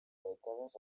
dècades